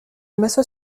m’assois